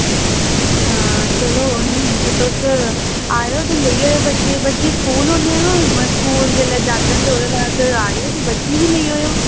आं चलो ओह् निं ते तुस आयो ते लेईं आयो बच्चे स्कूल होनें स्कूल जेल्लै जाह्ङन ते ओह्दे बाद आयो तुस बच्चें ई बी लेईं आयो